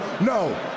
no